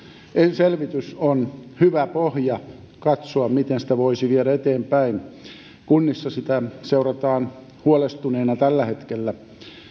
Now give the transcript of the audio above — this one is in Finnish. selvitys on hyvä pohja katsoa miten sitä voisi viedä eteenpäin kunnissa sitä seurataan huolestuneina tällä hetkellä